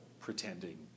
pretending